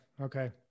Okay